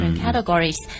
categories 。